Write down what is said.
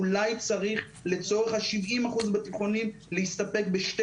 ואולי צריך לצורך ה-70 אחוזים בתיכוניים להסתפק בשתי